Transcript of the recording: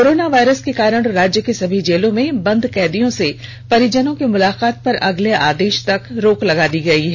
corona virus के कारण राज्य के सभी जेलों में बंद कैदियों से परिजनों के मुलाकात पर अगले आदेश तक रोक लगा दी गई है